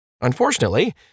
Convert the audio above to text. Unfortunately